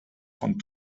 von